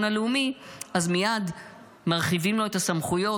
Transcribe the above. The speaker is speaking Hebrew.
הלאומי אז מייד מרחיבים לו את הסמכויות,